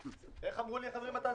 איך אמרו לי החברים התעשיינים?